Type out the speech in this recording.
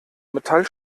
metall